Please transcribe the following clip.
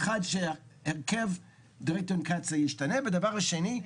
אחד שהרכב דירקטוריון קצא"א ישתנה ודבר השני,